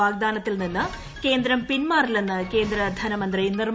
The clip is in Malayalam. വാഗ്ദാനത്തിൽ നിന്ന് കേന്ദ്രം പിന്മാറില്ലെന്ന് കേന്ദ്ര ധനമന്ത്രി നിർമ്മല സീതാരാമൻ